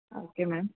ah okay ma'am